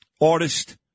Artist